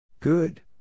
Good